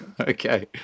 Okay